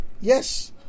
Yes